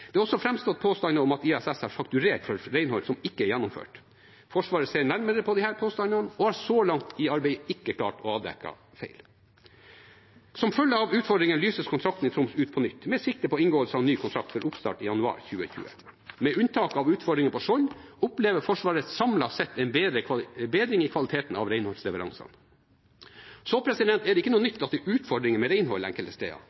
Det er også framsatt påstander om at ISS har fakturert for renhold som ikke er gjennomført. Forsvaret ser nærmere på disse påstandene og har så langt i arbeidet ikke klart å avdekke feil. Som følge av utfordringene lyses kontrakten i Troms ut på nytt med sikte på inngåelse av ny kontrakt for oppstart i januar 2020. Med unntak av utfordringene på Skjold opplever Forsvaret samlet sett en bedring i kvaliteten av renholdsleveransene. Det er ikke noe nytt at det er utfordringer med renholdet enkelte steder.